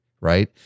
right